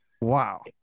Wow